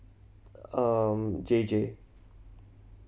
um J J